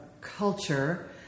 culture